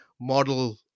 model